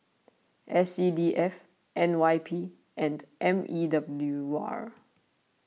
S C D F N Y P and M E W R